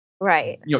Right